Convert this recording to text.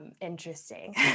interesting